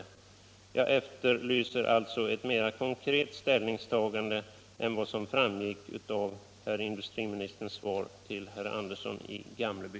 Jag efterlyser alltså ett mera konkret ställningstagande än vad som framgick av herr industriministerns svar till herr Andersson i Gamleby.